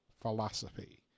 philosophy